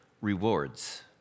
rewards